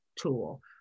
tool